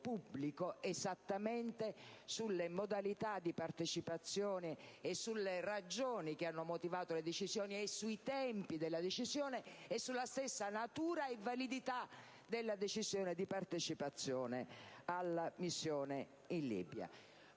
pubblico esattamente sulle modalità di partecipazione, sulle ragioni che hanno motivato la decisione, sui tempi della decisione e sulla stessa natura e validità della decisione di partecipare alla missione in Libia.